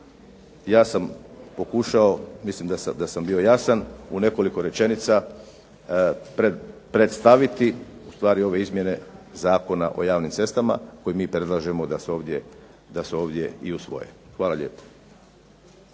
Ja sam pokušao i mislim da sam bio jasan u nekoliko rečenica predstaviti ove izmjene Zakona o javnim cestama koje mi predlažemo da se ovdje usvoje. Hvala lijepa.